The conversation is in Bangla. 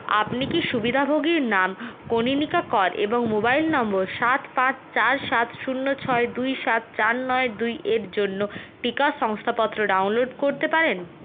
আপনি কি সুবিধাভোগীর নাম কনীনিকা কর এবং মোবাইল নম্বর সাত পাঁচ চার সাত শূন্য ছয় দুই সাত চার নয় দুইয়ের জন্য টিকা শংসাপত্র ডাউনলোড করতে পারেন